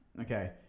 Okay